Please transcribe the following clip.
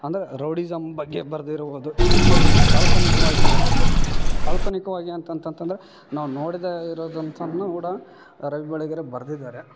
ಅಂದ್ರೆ ರೌಡಿಸಮ್ ಬಗ್ಗೆ ಬರ್ದಿರ್ಬೌದು ಕೆಲವು ಕಾಲ್ಪನಿಕವಾಗಿ ಇರ್ಬೋದು ಕಾಲ್ಪನಿಕವಾಗಿ ಅಂತಂತಂತಂದರೆ ನಾವು ನೋಡ್ದೆ ಇರೋದಂತನ್ನು ಕೂಡ ರವಿ ಬೆಳೆಗೆರೆ ಬರ್ದಿದ್ದಾರೆ